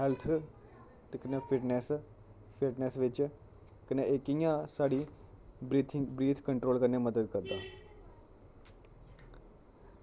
health ते कन्नै fitness fitness विच कन्नै इक इं'या साढ़ी ब्रीथिंग ब्रीथ कंट्रोल करने च मदद करदा